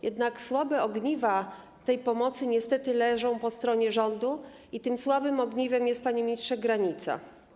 Jednak słabe ogniwa tej pomocy niestety leżą po stronie rządu i tym słabym ogniwem jest, panie ministrze, granica.